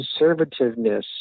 conservativeness